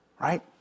Right